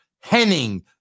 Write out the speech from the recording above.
Henning